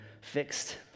fixed